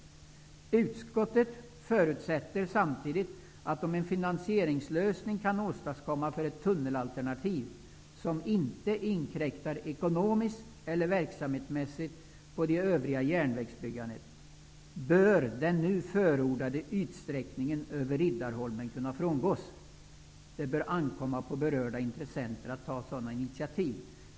Utskottet förutsätter samtidigt att den nu förordade ytsträckningen över Riddarholmen bör kunna frångås om man kan åstadkomma en finansieringslösning för ett tunnelalternativ som inte inkräktar ekonomiskt eller verksamhetsmässigt på det övriga järnvägsbyggandet. Det bör ankomma på berörda intressenter att ta sådana initiativ.